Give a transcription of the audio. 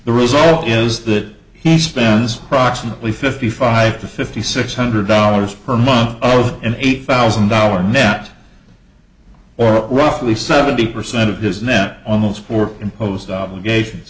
the result is that he spends proximately fifty five to fifty six hundred dollars per month and eight thousand dollars net or roughly seventy percent of his net on those four imposed obligations